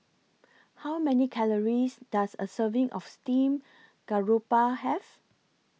How Many Calories Does A Serving of Steamed Garoupa Have